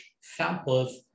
samples